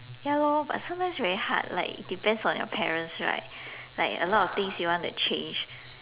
ya lor but sometimes very hard like it depends on your parents right like a lot of things you wanna change